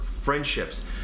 friendships